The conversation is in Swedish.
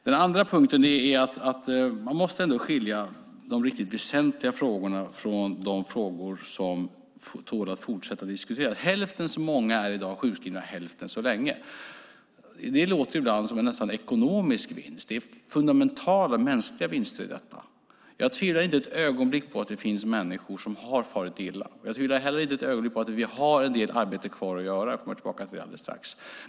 Den andra punkten är att man ändå måste skilja de riktigt väsentliga frågorna från de frågor som tål att fortsatt diskuteras. Hälften så många är i dag sjukskrivna hälften så länge. Det låter ibland som om det är en ekonomisk vinst. Det är fundamentala mänskliga vinster i detta. Jag tvivlar inte ett ögonblick på att det finns människor som har farit illa. Jag tvivlar inte heller ett ögonblick på att vi har en del arbete kvar att göra. Jag kommer tillbaka till det alldeles strax.